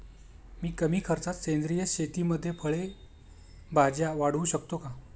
मी कमी खर्चात सेंद्रिय शेतीमध्ये फळे भाज्या वाढवू शकतो का?